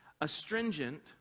astringent